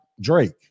Drake